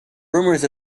rumors